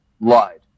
lied